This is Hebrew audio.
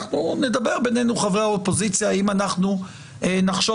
אנחנו נדבר בינינו חברי האופוזיציה אם אנחנו נחשוב